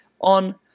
on